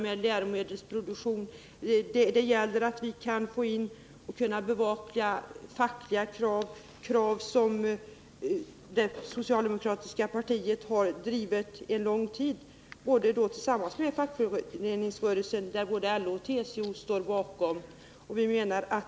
Vi måste kunna bevaka fackliga krav som det socialdemokratiska partiet har drivit en lång tid tillsammans med fackföreningsrörelsen, där både LO och TCO står bakom kraven.